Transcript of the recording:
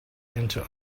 into